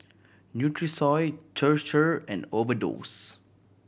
Nutrisoy Chir Chir and Overdose